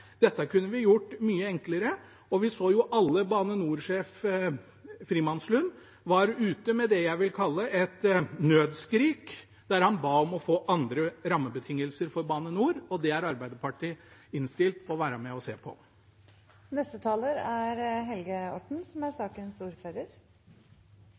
Dette kunne vi gjort mye enklere. Vi så jo alle at Bane NOR-sjef Frimannslund var ute med det jeg vil kalle et nødskrik, der han ba om å få andre rammebetingelser for Bane NOR. Det er Arbeiderpartiet innstilt på å være med og se på. Jeg har bare lyst til å takke for en god debatt. Jeg tror dette er